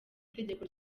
itegeko